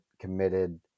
committed